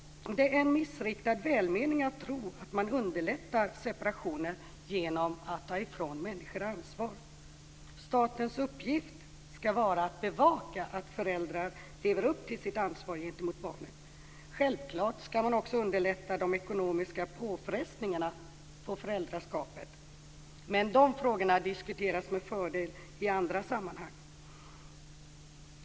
Det är en missriktad välmening att tro att man underlättar separationer genom att ta ifrån människor ansvar. Statens uppgift skall vara att bevaka att föräldrar lever upp till sitt ansvar gentemot barnen. Självklart skall man också underlätta de ekonomiska påfrestningarna på föräldraskapet, men de frågorna diskuteras med fördel i andra sammanhang.